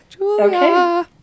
okay